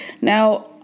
Now